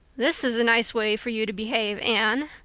this is a nice way for you to behave. anne!